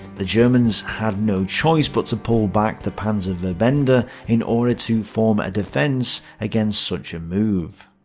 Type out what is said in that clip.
the germans had no choice but to pull back the panzerverbande ah in order to form a defence against such a move.